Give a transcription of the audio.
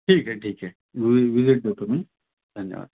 ठीक आहे ठीक आहे वि विजिट करतो मी धन्यवाद